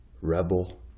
Rebel